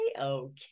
okay